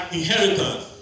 inheritance